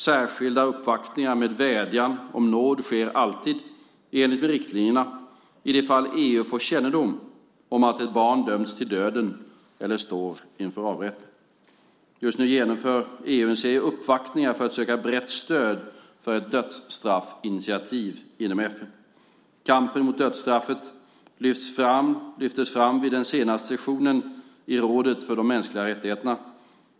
Särskilda uppvaktningar med vädjan om nåd sker alltid, i enlighet med riktlinjerna, i de fall EU får kännedom om att ett barn dömts till döden eller står inför avrättning. Just nu genomför EU en serie uppvaktningar för att söka brett stöd för ett dödsstraffsinitiativ inom FN. Kampen mot dödsstraffet lyftes fram vid den senaste sessionen i rådet för de mänskliga rättigheterna.